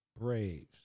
Braves